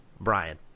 Brian